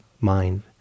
mind